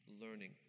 learning